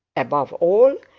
above all,